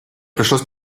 пришлось